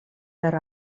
per